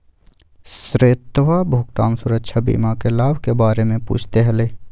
श्वेतवा भुगतान सुरक्षा बीमा के लाभ के बारे में पूछते हलय